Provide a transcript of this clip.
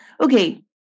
okay